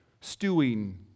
stewing